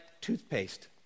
toothpaste